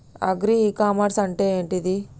Agri e commerce అంటే ఏంటిది?